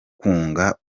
kunga